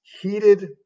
heated